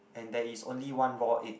and there is only one raw egg